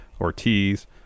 ortiz